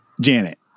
Janet